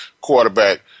quarterback